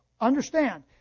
understand